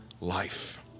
life